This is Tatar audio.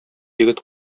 егет